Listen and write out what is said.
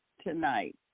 tonight